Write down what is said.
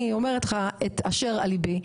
אני אומרת לך את אשר על ליבי,